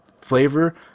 flavor